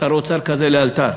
שר אוצר כזה לאלתר,